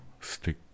stick